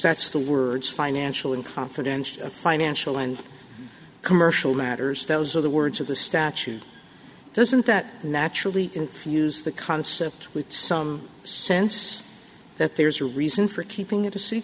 that's the words financial and confidential financial and commercial matters those are the words of the statute doesn't that naturally infuse the concept with some sense that there's a reason for keeping it a se